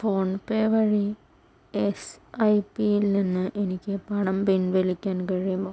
phone പേ വഴി എസ് ഐ പിയിൽ നിന്ന് എനിക്ക് പണം പിൻവലിക്കാൻ കഴിയുമോ